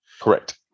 Correct